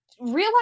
realize